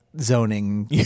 zoning